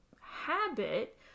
habit